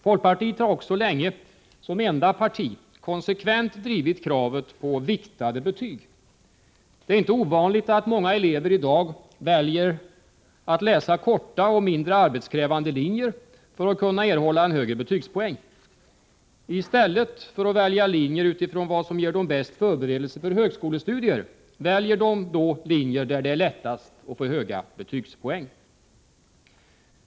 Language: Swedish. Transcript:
Folkpartiet har också länge, som enda parti, konsekvent drivit kravet på viktade betyg. Det är inte ovanligt att många elever i dag väljer att läsa korta och mindre arbetskrävande linjer för att kunna erhålla en högre betygspoäng. I stället för att välja linjer utifrån vad som ger dem den bästa förberedelsen för högskolestudier, väljer de linjer där det är lättast att få höga betygspoäng.